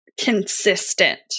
consistent